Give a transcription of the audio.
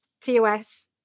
tos